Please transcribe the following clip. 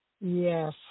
Yes